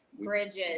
bridges